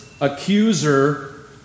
accuser